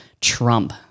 trump